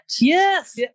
Yes